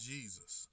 Jesus